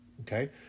okay